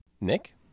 Nick